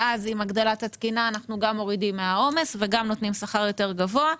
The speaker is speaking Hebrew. ואז עם הגדלת התקינה אנחנו גם מורידים מהעומס וגם נותנים שכר יותר גבוה.